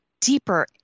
deeper